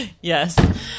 Yes